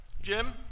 Jim